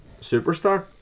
superstar